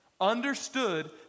understood